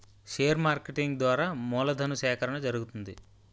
share marketing ద్వారా మూలధను సేకరణ జరుగుతుంది